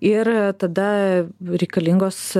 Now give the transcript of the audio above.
ir tada reikalingos